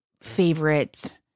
favorite